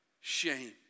shame